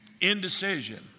indecision